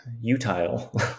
utile